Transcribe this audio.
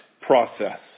process